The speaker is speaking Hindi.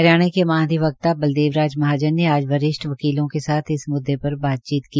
हरियाणा के महािधवक्ता बलदेव राज महाजन ने आज वरिष्ठ वकीलों के साथ इस मुद्दे पर बातचीत की